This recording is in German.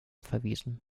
verwiesen